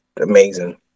amazing